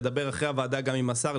לדבר גם אחרי הישיבה עם השר,